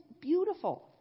beautiful